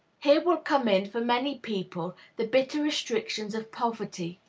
here will come in, for many people, the bitter restrictions of poverty.